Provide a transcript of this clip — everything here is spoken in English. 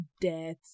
death